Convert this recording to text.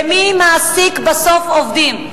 זה מי מעסיק בסוף עובדים.